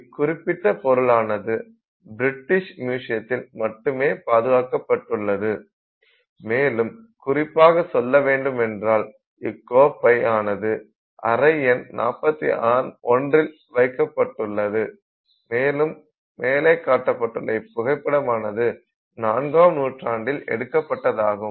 இக்குறிப்பிட்ட பொருளானது பிரிட்டிஷ் மியூசியத்தில் மட்டுமே பாதுகாக்கப்பட்டுள்ளது மேலும் குறிப்பாக சொல்ல வேண்டுமென்றால் இக்கோப்பை ஆனது அறை எண் 41இல் வைக்கப்பட்டுள்ளது மேலே காட்டப்பட்ட இப்புகைப்படமானது நான்காம் நூற்றாண்டில் எடுக்கப்பட்டதாகும்